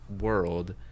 world